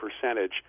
percentage